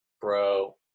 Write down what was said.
bro